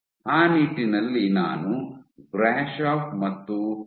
ಆ ನಿಟ್ಟಿನಲ್ಲಿ ನಾನು ಗ್ರಾಶಾಫ್ Grashoff et al